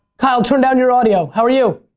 kyle, turn down your audio. how are you?